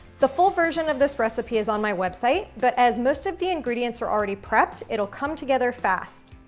the full version of this recipe is on my website, but as most of the ingredients are already prepped, it'll come together fast.